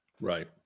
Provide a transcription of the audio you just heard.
Right